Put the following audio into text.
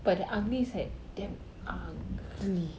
but the ugly is like damn ugly